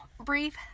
brief